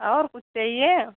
और कुछ चाहिए